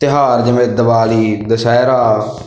ਤਿਉਹਾਰ ਜਿਵੇਂ ਦਿਵਾਲੀ ਦੁਸਹਿਰਾ